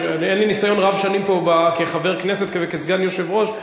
אין לי ניסיון רב שנים פה כחבר כנסת וסגן יושב-ראש,